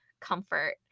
comfort